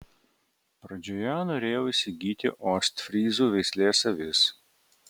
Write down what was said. pradžioje norėjau įsigyti ostfryzų veislės avis